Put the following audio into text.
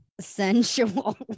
Sensual